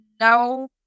no